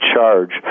charge